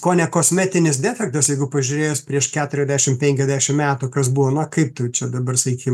kone kosmetinis defektas jeigu pažiūrėjus prieš keturiadešimt penkiasdešimt metų kas buvo na kaip tu čia dabar sakykim